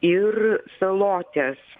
ir salotės